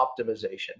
optimization